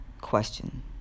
question